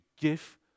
give